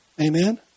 Amen